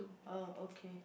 oh okay